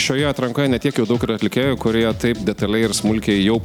šioje atrankoje ne tiek jau daug yra atlikėjų kurie taip detaliai ir smulkiai jau